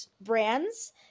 brands